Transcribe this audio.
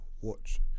watch